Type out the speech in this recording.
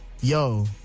yo